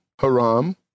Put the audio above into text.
Haram